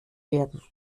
werden